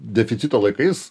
deficito laikais